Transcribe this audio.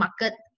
market